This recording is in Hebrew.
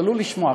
תתפלאו לשמוע,